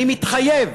אני מתחייב